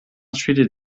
treated